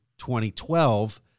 2012